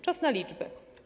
Czas na liczby.